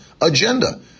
agenda